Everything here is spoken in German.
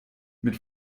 mit